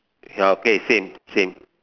ya okay same same